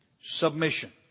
submission